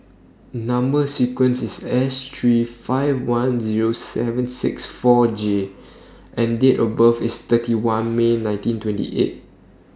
Number sequence IS S three five one Zero seven six four J and Date of birth IS thirty one May nineteen twenty eight